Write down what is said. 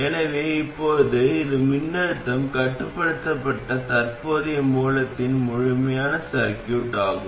எனவே இப்போது இது மின்னழுத்தம் கட்டுப்படுத்தப்பட்ட தற்போதைய மூலத்தின் முழுமையான சர்கியூட் ஆகும்